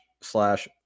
slash